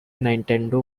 nintendo